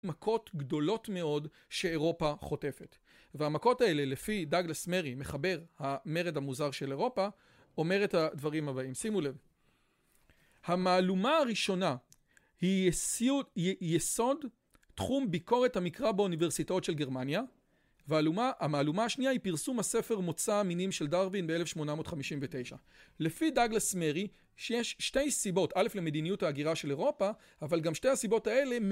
מכות גדולות מאוד שאירופה חוטפת והמכות האלה לפי דגלס מרי מחבר "המרד המוזר של אירופה" אומר את הדברים הבאים שימו לב: המהלומה הראשונה היא יסוד יסוד תחום ביקורת המקרא באוניברסיטאות של גרמניה והמהלומה השנייה היא פרסום הספר מוצא מינים של דרווין באלף שמונה מאות חמישים ותשע. לפי דגלס מרי יש שתי סיבות אלף למדיניות ההגירה של אירופה אבל גם שתי הסיבות האלה